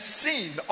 seen